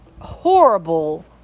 horrible